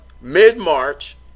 mid-March